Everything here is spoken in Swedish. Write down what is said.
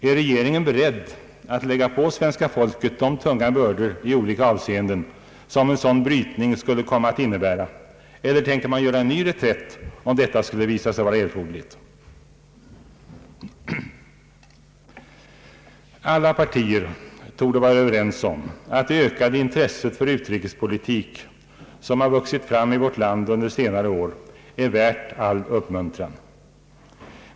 Är regeringen beredd att lägga på svenska folket de tunga bördor i olika avseenden som en sådan brytning skulle komma att innebära, eller tänker man göra en ny reträtt om detta skulle visa sig vara erforderligt? Alla partier torde vara överens om att det ökade intresse för utrikespolitik som har vuxit fram i vårt land un der senare år är värt all uppmuntran.